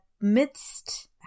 midst